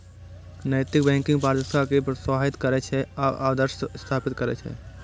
नैतिक बैंकिंग पारदर्शिता कें प्रोत्साहित करै छै आ आदर्श स्थापित करै छै